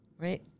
Right